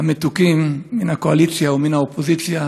המתוקים מן הקואליציה ומן האופוזיציה,